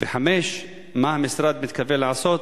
5. מה המשרד מתכוון לעשות